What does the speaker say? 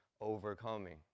overcoming